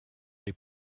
les